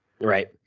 Right